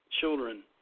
children